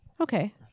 Okay